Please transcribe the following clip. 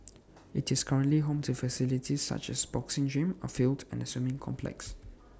IT is currently home to facilities such as A boxing gym A field and A swimming complex